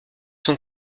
sont